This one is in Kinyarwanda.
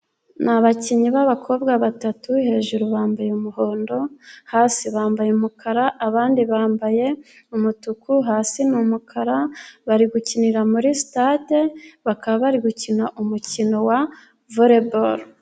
Ni abakinnyi b'abakobwa batatu, hejuru bambaye umuhondo, hasi bambaye umukara, abandi bambaye umutuku hasi ni umukara. Bari gukinira muri sitade bakaba bari gukina umukino wa volebalo.